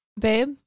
babe